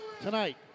tonight